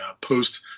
post